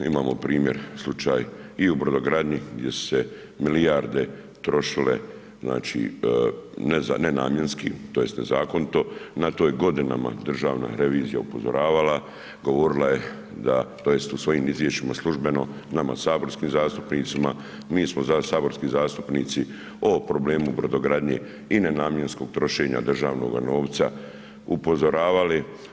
Imamo primjer slučaj i u brodogradnji gdje su se milijarde trošile znači ne namjenski, tj. nezakonito, na to je godinama državna revizija upozoravala, govorila je da tj. u svojim izvješćima službeno nama saborskim zastupnicima, mi smo saborski zastupnici o problemu brodogradnje i nenamjenskog trošenja državnoga novca upozoravali.